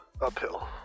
uphill